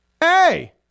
Hey